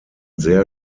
sehr